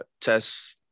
tests